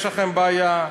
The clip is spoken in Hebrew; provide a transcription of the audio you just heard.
יש לכם בעיה.